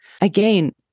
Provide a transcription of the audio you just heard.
Again